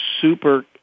Super